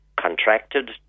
contracted